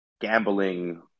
gambling